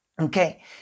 Okay